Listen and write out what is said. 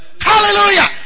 Hallelujah